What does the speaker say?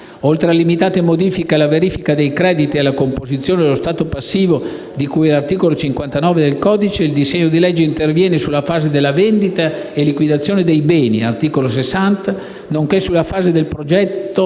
Oltre a limitate modifiche alla verifica dei crediti e alla composizione dello stato passivo di cui all'articolo 59 del codice antimafia, il disegno di legge interviene sulla fase della vendita e liquidazione dei beni (articolo 60 del codice antimafia) nonché sulla fase del progetto